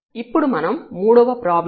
ఇప్పుడు మనం మూడవ ప్రాబ్లం ను చూద్దాం